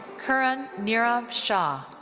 karan nirav shah,